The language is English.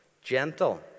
Gentle